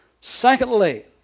Secondly